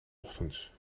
ochtends